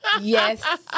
yes